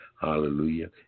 Hallelujah